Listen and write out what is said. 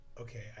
okay